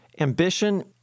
Ambition